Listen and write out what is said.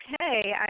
okay